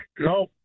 No